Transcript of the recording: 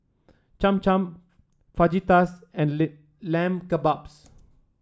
Cham Cham Fajitas and Lamb Kebabs